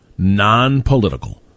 nonpolitical